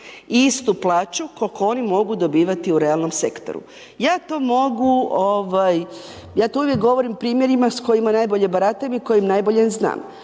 istu plaću koliko oni mogu dobivati u realnom sektoru. Ja to uvijek govorim primjerima s kojima najbolje baratam i koje najbolje znam.